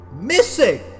Missing